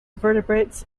vertebrates